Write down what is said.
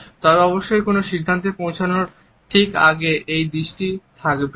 তবে অবশ্যই কোন সিদ্ধান্তে পৌঁছানোর ঠিক আগে এই দৃষ্টি থাকবেই